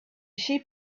sheep